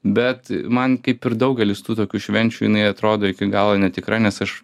bet man kaip ir daugelis tų tokių švenčių jinai atrodo iki galo netikra nes aš